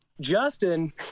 justin